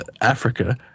Africa